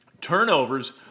Turnovers